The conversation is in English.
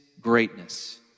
greatness